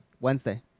Wednesday